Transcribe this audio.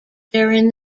during